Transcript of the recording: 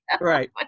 Right